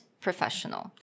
professional